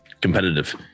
Competitive